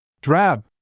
Drab